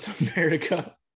America